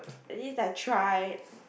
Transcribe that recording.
and it is like try